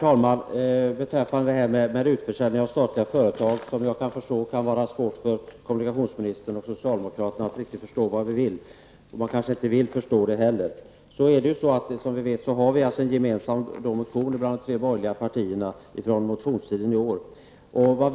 Herr talman! Jag förstår att det är svårt för kommunikationsministern och socialdemokraterna att förstå vad vi vill med att sälja ut statliga företag -- man kanske inte heller vill förstå det. De tre borgerliga partierna har under den allmänna motionstiden avgivit en gemensam motion.